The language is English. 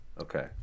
okay